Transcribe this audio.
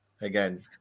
again